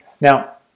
now